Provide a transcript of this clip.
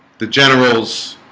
the generals